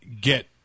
get